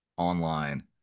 online